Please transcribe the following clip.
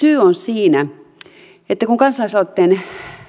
syy on siinä että kun kansalaisaloitteen